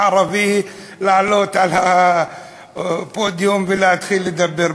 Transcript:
ערבי, לעלות על הפודיום ולהתחיל לדבר?